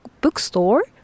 bookstore